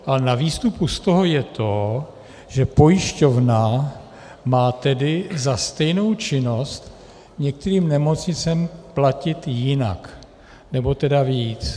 Ale na výstupu z toho je to, že pojišťovna má tedy za stejnou činnost některým nemocnicím platit jinak, nebo tedy víc.